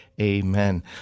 Amen